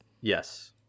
Yes